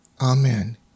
Amen